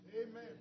Amen